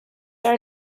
are